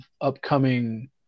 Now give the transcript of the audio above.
upcoming